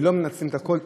ולא מנצלים את הכול,